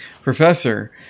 professor